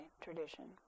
tradition